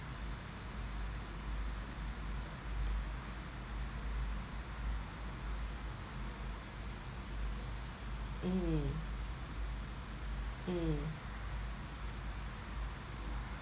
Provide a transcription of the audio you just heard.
mm mm